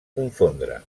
confondre